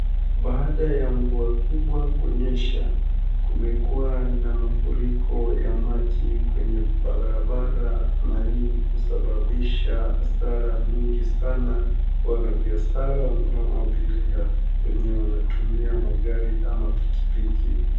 Baada ya mvua kubwa kunyesha, kumekuwa na mafuriko ya maji kwenye barabara kusababisha hasara mingi sana, wanabiashara na abiria wenye wanatumia magari ama pikipiki.